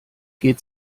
geht